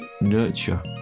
Nurture